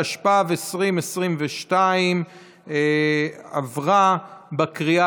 התשפ"ב 2022, עברה בקריאה